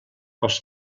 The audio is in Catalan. els